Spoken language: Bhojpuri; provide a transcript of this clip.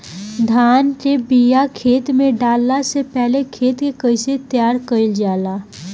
धान के बिया खेत में डाले से पहले खेत के कइसे तैयार कइल जाला?